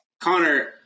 Connor